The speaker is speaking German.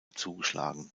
zugeschlagen